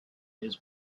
his